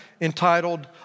entitled